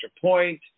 point